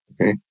okay